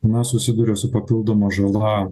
na susiduria su papildoma žala